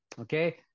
Okay